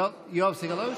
יואב סגלוביץ'?